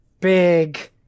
big